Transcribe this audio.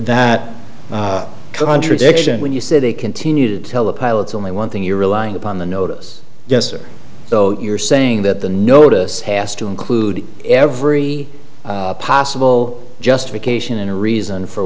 that contradiction when you say they continue to tell the pilots only one thing you're relying upon the notice though you're saying that the notice has to include every possible justification and reason for